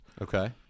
Okay